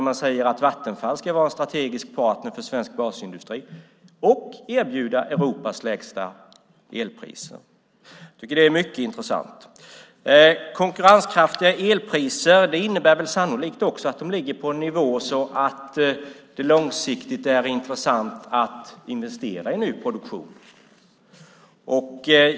Man säger att Vattenfall ska vara en strategisk partner för svensk basindustri och erbjuda Europas lägsta elpriser, vilket är mycket intressant. Konkurrenskraftiga elpriser innebär väl sannolikt också att de ligger på en nivå som gör att det är långsiktigt intressant att investera i ny produktion.